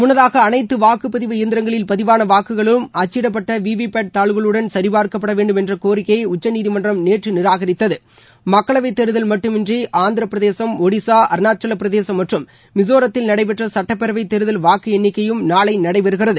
முன்னதாக அனைத்து வாக்குப்பதிவு எந்திரங்களில் பதிவான வாக்குகளும் அச்சிடப்பட்ட வி பேட் தாள்களுடன் சரிப்பார்க்கப்பட வேண்டும் என்ற கோரிக்கையை உச்சநீதி மன்றும் நேற்று நிராகரித்தது மக்களவை தேர்தல் மட்டுமின்றி ஆந்திரப்பிரதேசம் ஒடிசா அருணாச்சவப்பிரதேசம் மற்றும் மிசோரத்தில் நடைபெற்ற சுட்டப்பேரவை தேர்தல் வாக்கு எண்ணிக்கையும் நாளை நடைபெறுகிறது